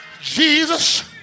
Jesus